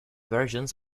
versions